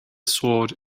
sword